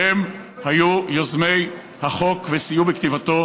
שהם היו יוזמי החוק וסייעו בכתיבתו.